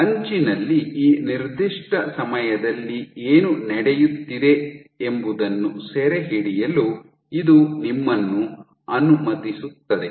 ಅಂಚಿನಲ್ಲಿ ಈ ನಿರ್ದಿಷ್ಟ ಸಮಯದಲ್ಲಿ ಏನು ನಡೆಯುತ್ತಿದೆ ಎಂಬುದನ್ನು ಸೆರೆಹಿಡಿಯಲು ಇದು ನಿಮ್ಮನ್ನು ಅನುಮತಿಸುತ್ತದೆ